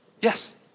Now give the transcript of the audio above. Yes